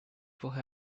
people